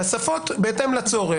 בהתאם לצורך.